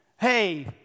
hey